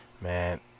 Man